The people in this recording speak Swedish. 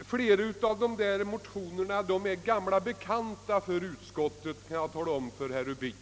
att flera av dessa motioner är gamla bekanta för statsutskottets fjärde avdelning.